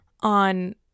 on